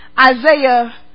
Isaiah